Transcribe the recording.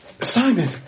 Simon